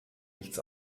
nichts